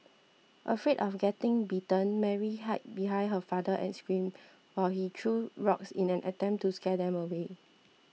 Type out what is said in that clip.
afraid of getting bitten Mary hid behind her father and screamed while he threw rocks in an attempt to scare them away